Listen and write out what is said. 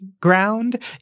ground